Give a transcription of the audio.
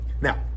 Now